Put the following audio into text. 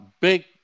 Big